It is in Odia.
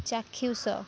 ଚାକ୍ଷୁଷ